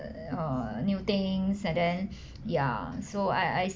err new thing and then ya so I I